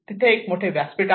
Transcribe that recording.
तिथे एक मोठे व्यासपीठ आहे